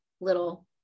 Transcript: little